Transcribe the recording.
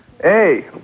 Hey